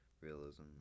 realism